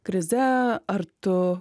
krize ar tu